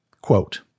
Quote